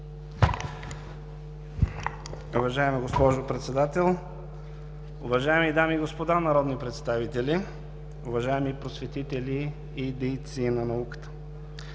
Уважаема госпожо Председател, уважаеми дами и господа народни представители, уважаеми просветители и дейци на науката!